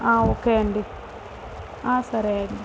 ఆ ఓకే అండి ఆ సరే అండి